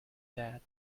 that